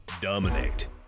dominate